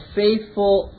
faithful